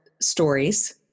stories